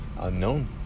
Unknown